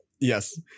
yes